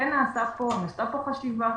כן נעשתה פה חשיבה,